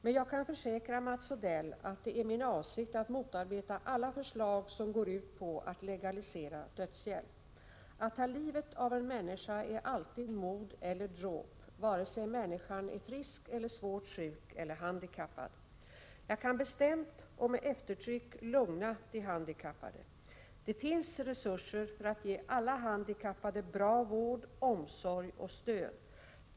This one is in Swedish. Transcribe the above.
Men jag kan försäkra Mats Odell att det är min avsikt att motarbeta alla förslag som går ut på att legalisera dödshjälp. Att ta livet av en annan människa är alltid mord eller dråp, vare sig människan är frisk, svårt sjuk eller handikappad. Jag kan bestämt och med eftertryck lugna de handikappade: det finns resurser för att ge alla handikappade bra vård, omsorg och stöd.